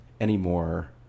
anymore